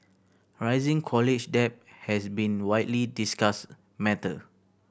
rising college debt has been widely discussed matter